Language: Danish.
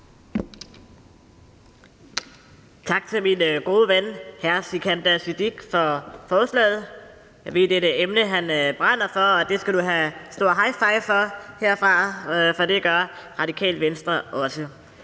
Tak til min gode ven hr. Sikandar Siddique for forslaget. Jeg ved, at det er et emne, han brænder for, og det skal han have en stor high five for herfra, for det gør Radikale Venstre også.